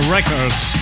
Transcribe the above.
Records